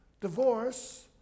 divorce